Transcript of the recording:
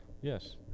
Yes